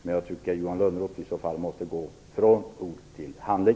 Men i så fall måste Johan Lönnroth gå från ord till handling!